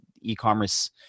e-commerce